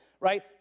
Right